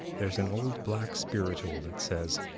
there's an old black spiritual that says,